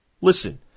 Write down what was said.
listen